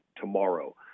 tomorrow